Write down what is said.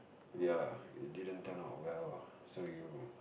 ya it didn't turn out well ah so you